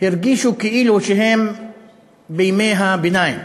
הרגישו כאילו שהם בימי הביניים,